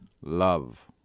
Love